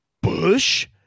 Bush